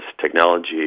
technology